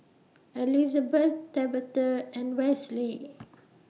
Elizabet Tabatha and Wesley